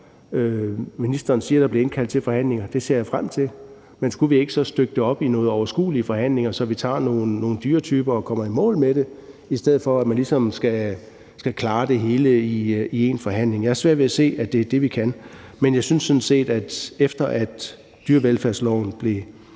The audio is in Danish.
Ministeren siger, at der bliver indkaldt til forhandlinger. Det ser jeg frem til, men skulle vi så ikke stykke det op i nogle overskuelige forhandlinger, så vi tager nogle dyretyper og kommer i mål med det, i stedet for at vi ligesom skal klare det hele i en forhandling? Jeg har svært ved at se, at vi kan det. Jeg synes sådan set, at der, efter dyrevelfærdsloven er